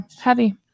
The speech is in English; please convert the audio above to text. heavy